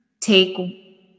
take